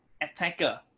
attacker